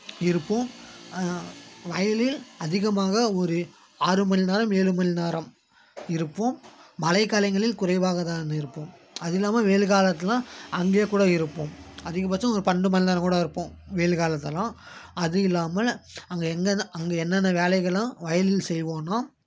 இருப்போம் வயலில் அதிகமாக ஒரு ஆறு மணி நேரம் ஏழு மணி நேரம் இருப்போம் மழைக்காலங்களில் குறைவாக தான் இருப்போம் அது இல்லாமல் வெயில் காலத்திலலாம் அங்கே கூட இருப்போம் அதிகபட்சம் ஒரு பன்னெண்டு மணி நேரம் கூட இருப்போம் வெயில் காலத்தில்லாம் அது இல்லாமல் அங்கே எங்கனா அங்கே என்னென்ன வேலைகள்லாம் வயலில் செய்வோம்னா